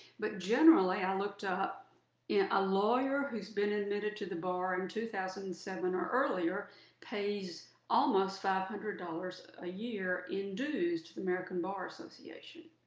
but generally, i looked up yeah a lawyer who's been admitted to the bar in two thousand and seven or earlier pays almost five hundred dollars a year in dues to the american bar association.